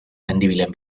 mendibilen